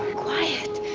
quiet.